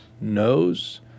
knows